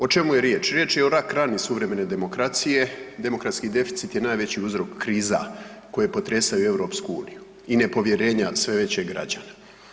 O čemu je riječ, riječ je o rak rani suvremene demokracije, demokratski deficit je najveći uzrok kriza koje potresaju EU i nepovjerenja sve veće građana.